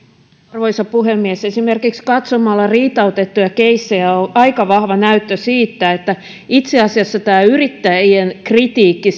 arvoisa puhemies esimerkiksi katsomalla riitautettuja keissejä on aika vahva näyttö siitä että itse asiassa tämä yrittäjien kritiikki